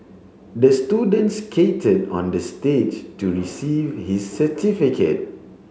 the student skated on the stage to receive his certificate